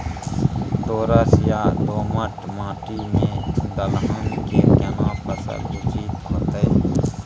दोरस या दोमट माटी में दलहन के केना फसल उचित होतै?